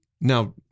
now